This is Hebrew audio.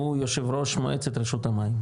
הוא יושב ראש מועצת רשות המים,